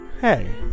hey